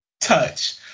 touch